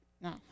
No